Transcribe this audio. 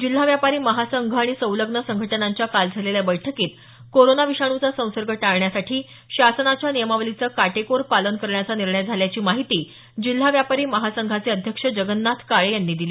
जिल्हा व्यापारी महासंघ आणि संलग्न संघटनांच्या काल झालेल्या बैठकीत कोरोना विषाणूचा संसर्ग टाळण्यासाठी शासनाच्या नियमावलीचं काटेकोर पालन करण्याचा निर्णय झाल्याची माहिती जिल्हा व्यापारी महासंघाचे अध्यक्ष जगन्नाथ काळे यांनी दिली